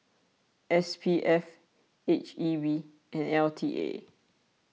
S P F H E B and L T A